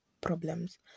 problems